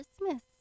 Christmas